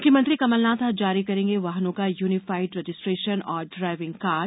मुख्यमंत्री कमलनाथ आज जारी करेंगे वाहनों का यूनिफाईड रजिस्ट्रेशन और ड्रायविंग कार्ड